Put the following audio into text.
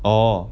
orh